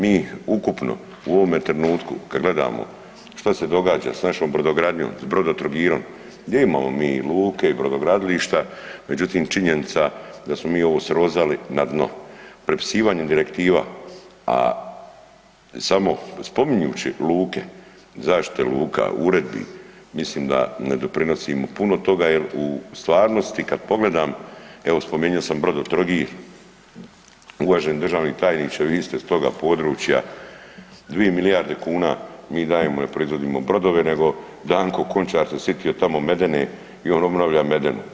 Mi ukupno u ovome trenutku kad gledamo što se događa s našom brodogradnjom s Brodotrogirom, gdje imamo mi i luke i brodogradilišta međutim činjenica da smo mi ovo srozali na dno prepisivanjem direktiva, a samo spominjući luke i zaštite luka u uredbi mislim da ne doprinosimo puno toga jer u stvarnosti kad pogledam, evo spomenu sam Brodotrogir, uvaženi državni tajniče vi ste s toga područja, 2 milijarde kuna mi dajemo, ne proizvodimo brodove nego Danko Končar se sitio tamo Medene i on obnavlja Medenu.